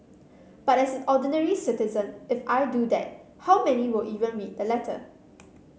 but as an ordinary citizen if I do that how many will even read the letter